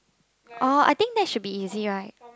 oh I think that should be easy right